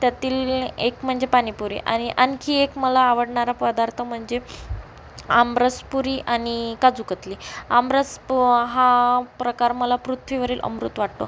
त्यातील एक म्हणजे पानीपुरी आणि आणनखी एक मला आवडणारा पदार्थ म्हणजे आमरस पुरी आणि काजूकतली आमरस प हा प्रकार मला पृथ्वीवरील अमृत वाटतो